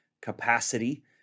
Capacity